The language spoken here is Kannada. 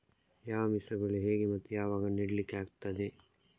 ಯಾವ ಮಿಶ್ರ ಬೆಳೆ ಹೇಗೆ ಮತ್ತೆ ಯಾವಾಗ ನೆಡ್ಲಿಕ್ಕೆ ಆಗ್ತದೆ?